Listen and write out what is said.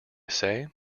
say